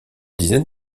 dizaines